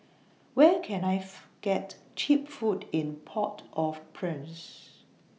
Where Can I get Cheap Food in Port of Prince